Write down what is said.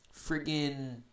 friggin